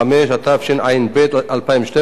התשע"ב 2012,